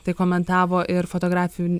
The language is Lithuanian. tai komentavo ir fotografijų